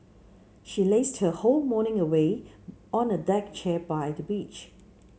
she lazed her whole morning away on a deck chair by the beach